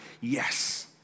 yes